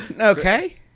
Okay